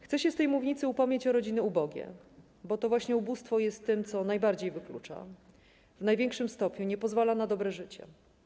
Chcę z tej mównicy upomnieć się o rodziny ubogie, bo to właśnie ubóstwo jest tym, co najbardziej wyklucza, w największym stopniu nie pozwala na dobre życie.